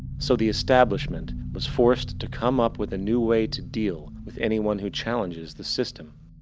so the establishment was forced to come up with a new way to deal with anyone who challenges the system.